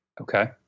Okay